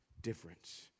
difference